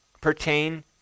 pertain